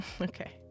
Okay